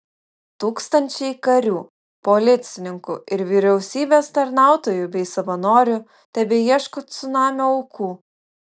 tūkstančiai karių policininkų ir vyriausybės tarnautojų bei savanorių tebeieško cunamio aukų